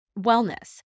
wellness